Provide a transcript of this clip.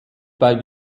bei